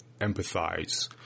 empathize